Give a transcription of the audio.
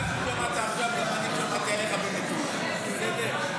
מה ששמעת עכשיו גם אני שמעתי עליך במטולה, בסדר?